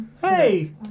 Hey